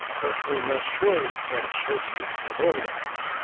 but we must surely grant shakespeare, of all writers,